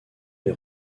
les